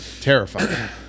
terrifying